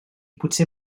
potser